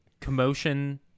commotion